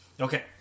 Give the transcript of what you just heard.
Okay